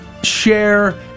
share